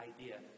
idea